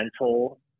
mental